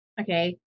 okay